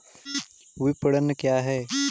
विपणन क्या है?